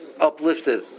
uplifted